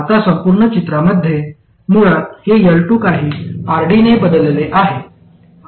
आता संपूर्ण चित्रामध्ये मुळात हे L2 काही RD ने बदलले आहे